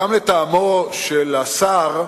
גם לטעמו של השר,